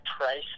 price